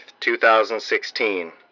2016